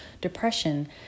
depression